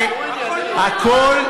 זה הכול.